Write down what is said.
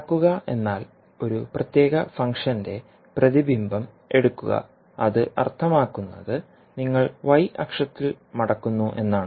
മടക്കുക എന്നാൽ ഒരു പ്രത്യേക ഫംഗ്ഷന്റെ പ്രതിബിംബം എടുക്കുകഅത് അർത്ഥമാക്കുന്നത് നിങ്ങൾ y അക്ഷത്തിൽ മടക്കുന്നു എന്നാണ്